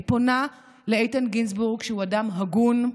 אני פונה לאיתן גינזבורג, שהוא אדם הגון,